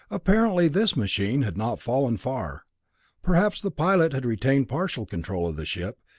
apparently this machine had not fallen far perhaps the pilot had retained partial control of the ship,